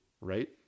right